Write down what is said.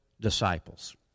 disciples